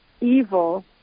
evil